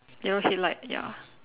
yellow headlight ya